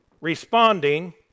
responding